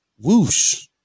Whoosh